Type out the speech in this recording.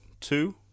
two